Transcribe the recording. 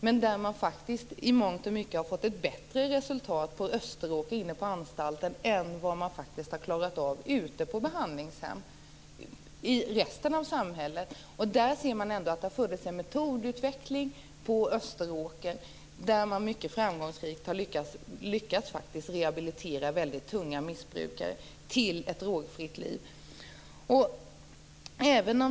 Men man har faktiskt många gånger fått ett bättre resultat inne på Österåkeranstalten än vad man har fått ute på behandlingshem. Det har funnits en metodutveckling på Österåker. Man har varit mycket framgångsrika och lyckats rehabilitera väldigt tunga missbrukare till ett drogfritt liv.